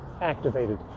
activated